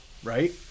right